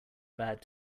bad